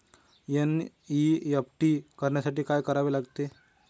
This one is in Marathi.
एन.ई.एफ.टी करण्यासाठी काय करावे लागते?